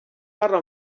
parla